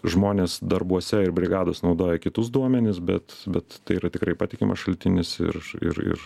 žmones darbuose ir brigados naudoja kitus duomenis bet bet tai yra tikrai patikimas šaltinis ir ir ir